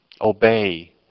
Obey